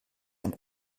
eine